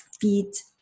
feet